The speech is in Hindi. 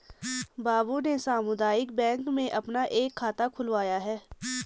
बाबू ने सामुदायिक बैंक में अपना एक खाता खुलवाया है